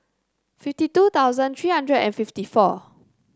fifty two thousand three hundred and fifty four